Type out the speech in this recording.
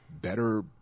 better